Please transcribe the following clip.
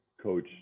coach